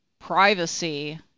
privacy